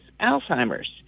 Alzheimer's